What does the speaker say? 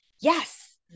yes